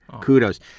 Kudos